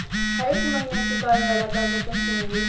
हरेक महिना चुकावे वाला कर्जा कैसे मिली?